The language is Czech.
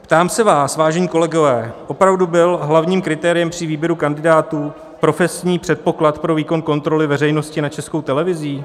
Ptám se vás, vážení kolegové, opravdu byl hlavním kritériem při výběru kandidátů profesní předpoklad pro výkon kontroly veřejnosti nad Českou televizí?